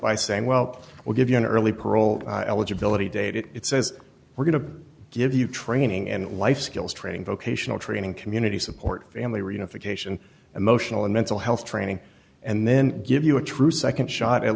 by saying well we'll give you an early parole eligibility date it says we're going to give you training and life skills training vocational training community support family reunification emotional and mental health training and then give you a true nd shot at